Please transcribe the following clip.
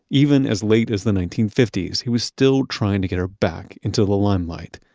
even as late as the nineteen fifty s he was still trying to get her back into the limelight,